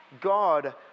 God